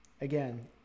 again